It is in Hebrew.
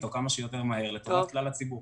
איתו כמה שיותר מהר לטובת כלל הציבור.